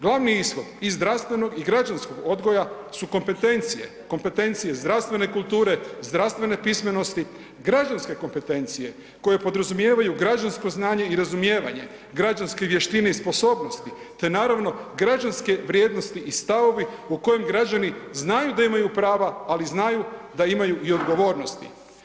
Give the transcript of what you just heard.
Glavni ishod i zdravstvenog i građanskog odgoja su kompetencije, kompetencije zdravstvene kulture, zdravstvene pismenosti, građanske kompetencije koje podrazumijevaju građansko znanje i razumijevanje, građanske vještine i sposobnosti te naravno građanske vrijednosti i stavovi u kojem građani znaju da imaju prava, ali znaju da imaju i odgovornosti.